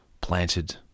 planted